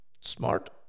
smart